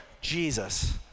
Jesus